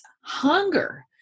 hunger